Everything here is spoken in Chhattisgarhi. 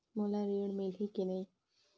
मोला ऋण मिलही की नहीं?